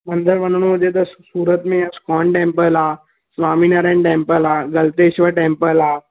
मंदर में वञिणो हुजे त सूरत में इस्कॉन टेम्पल आहे स्वामी नारायण टेम्पल आहे गल्तेश्वर टेम्पल आहे